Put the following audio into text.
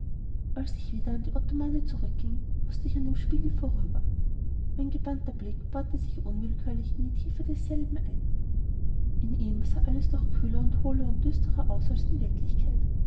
als ich wieder an die ottomane zurückging mußte ich an dem spiegel vorüber mein gebannter blick bohrte sich unwillkürlich in die tiefe desselben ein in ihm sah alles noch kühler und hohler und düsterer aus als in wirklichkeit